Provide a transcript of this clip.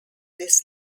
this